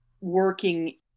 working